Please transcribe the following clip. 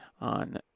on